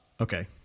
Okay